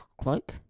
cloak